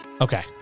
okay